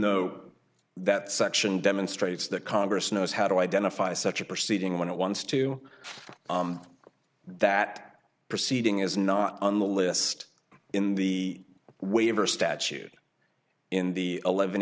though that section demonstrates that congress knows how to identify such a proceeding when it wants to that proceeding is not on the list in the waiver statute in the eleven